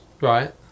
Right